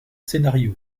scénario